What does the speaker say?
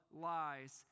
lies